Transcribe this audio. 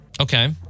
Okay